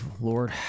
Lord